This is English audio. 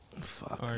Fuck